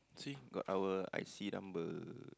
see got our I_C number